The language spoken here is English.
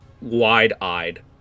wide-eyed